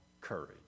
courage